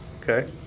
Okay